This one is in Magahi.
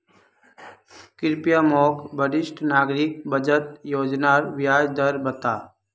कृप्या मोक वरिष्ठ नागरिक बचत योज्नार ब्याज दर बता